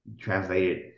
translated